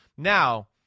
Now